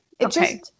okay